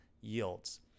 yields